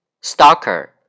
Stalker